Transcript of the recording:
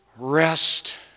Rest